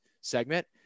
segment